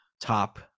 top